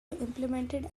implemented